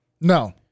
no